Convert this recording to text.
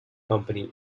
company